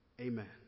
Amen